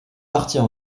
parties